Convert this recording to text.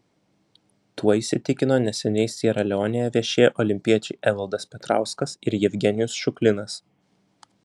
tuo įsitikino neseniai siera leonėje viešėję olimpiečiai evaldas petrauskas ir jevgenijus šuklinas